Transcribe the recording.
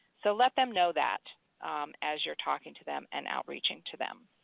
so let them know that as you are talking to them and outreaching to them.